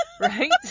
Right